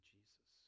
Jesus